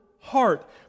heart